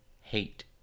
hate